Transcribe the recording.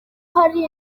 hari